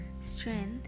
strength